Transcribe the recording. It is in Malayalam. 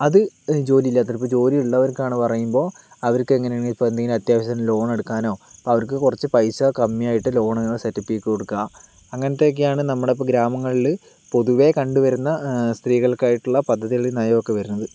അത് ജോലി ഇല്ലാത്തവർക്ക് ഇപ്പോൾ ജോലി ഉള്ളവർക്കാണ് പറയുമ്പോൾ അവർക്ക് എങ്ങനെയാണിപ്പോൾ എന്തെങ്കിലും അത്യാവശ്യത്തിന് ലോൺ എടുക്കാനോ അപ്പോൾ അവർക്ക് കുറച്ച് പൈസ കമ്മിയായിട്ട് ലോണുകള് സെറ്റപ്പ് ചെയ്ത് കൊടുക്കുക അങ്ങനത്തെ ഒക്കെയാണ് നമ്മുടെ ഇപ്പോൾ ഗ്രാമങ്ങളിൽ പൊതുവേ കണ്ട് വരുന്ന സ്ത്രീകൾക്കായിട്ടുള്ള പദ്ധതികളിൽ നയമൊക്കെ വരുന്നത്